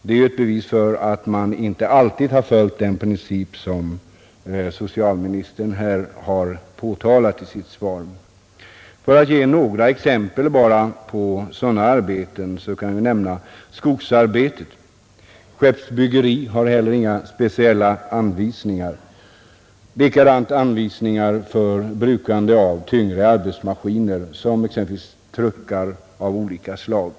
Det är ett bevis för att man inte alltid har följt den princip som socialministern har angivit i sitt svar. För att ge bara några exempel kan jag nämna skogsarbete och skeppsbyggeri, som inte har några speciella anvisningar. Likadant är det med anvisningar för bruket av tyngre arbetsmaskiner som t.ex. truckar av olika slag.